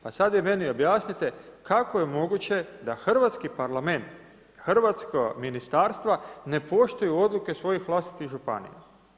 Pa sad vi meni objasnite kako je moguće da Hrvatski parlament, hrvatska ministarstva, ne poštuju odluke svojih vlastitih županija.